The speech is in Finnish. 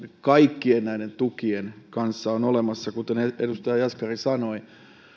kaikkien näiden tukien kanssa on olemassa kuten edustaja jaskari sanoi